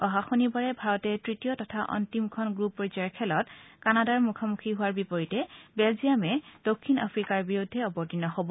অহা শনিবাৰে ভাৰতে তৃতীয় তথা অন্তিমখন গ্ৰুপ পৰ্যয়ৰ খেলত কানাডাৰ মুখামুখি হোৱাৰ বিপৰীতে বেলজিয়ামে দক্ষিণ আফ্ৰিকাৰ বিৰুদ্ধে অৱতীৰ্ণ হব